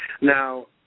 Now